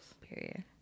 Period